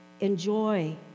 Enjoy